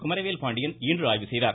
குமரவேல் பாண்டியன் இன்று ஆய்வு செய்தார்